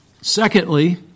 Secondly